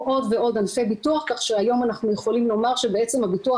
עוד ועוד ענפי ביטוח כך שהיום אנחנו יכולים לומר שבעצם הביטוח